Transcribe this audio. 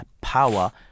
power